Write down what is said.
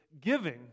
giving